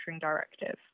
directive